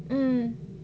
mm